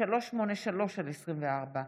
פ/383/24,